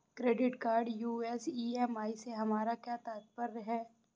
Credit card use EMI से हमारा क्या तात्पर्य है?